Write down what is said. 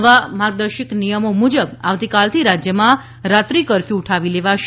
નવા માર્ગદર્શક નિયમો મુજબ આવતીકાલથી રાજ્યમાં રાત્રી કફર્યુ ઉઠાવી લેવાશે